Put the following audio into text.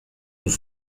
nous